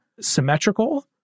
symmetrical